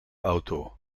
auto